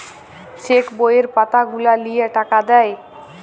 check বইয়ের পাতা গুলা লিয়ে টাকা দেয়